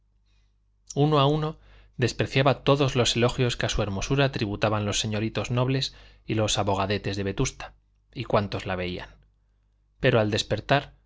uno a uno despreciaba todos los elogios que a su hermosura tributaban los señoritos nobles y los abogadetes de vetusta y cuantos la veían pero al despertar